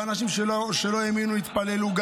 וגם אנשים שלא האמינו התפללו,